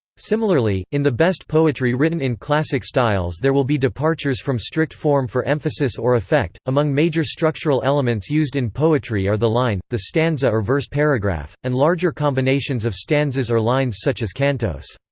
similarly, in the best poetry written in classic styles there will be departures from strict form for emphasis or effect among major structural elements used in poetry are the line, the stanza or verse paragraph, and larger combinations of stanzas or lines such as cantos.